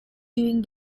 during